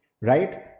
right